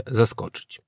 zaskoczyć